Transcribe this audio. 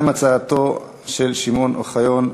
גם הצעתו של שמעון אוחיון עברה,